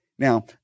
Now